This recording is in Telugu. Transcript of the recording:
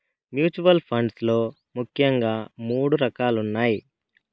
మ్యూచువల్ ఫండ్స్ లో ముఖ్యంగా మూడు రకాలున్నయ్